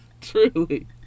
Truly